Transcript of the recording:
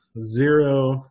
Zero